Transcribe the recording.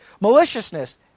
Maliciousness